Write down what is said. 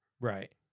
Right